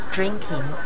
Drinking